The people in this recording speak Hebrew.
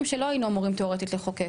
שלא היינו אמורים תיאורטית לחוקק,